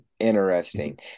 interesting